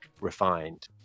refined